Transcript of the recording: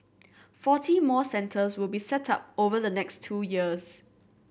forty more centres will be set up over the next two years